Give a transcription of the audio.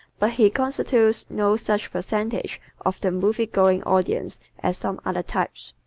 but he constitutes no such percentage of the movie-going audience as some other types.